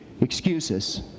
excuses